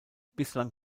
bislang